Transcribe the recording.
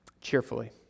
cheerfully